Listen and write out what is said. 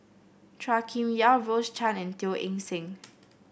Chua Kim Yeow Rose Chan and Teo Eng Seng